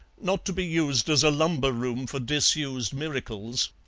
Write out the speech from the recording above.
not to be used as a lumber-room for disused miracles.